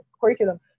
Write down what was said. curriculum